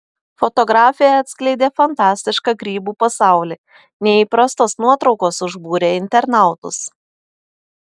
fotografė atskleidė fantastišką grybų pasaulį neįprastos nuotraukos užbūrė internautus